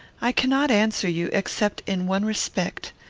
i cannot answer you, except in one respect.